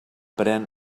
pren